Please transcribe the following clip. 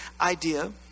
idea